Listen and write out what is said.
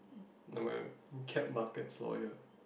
no my kept markets lawyer